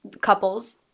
couples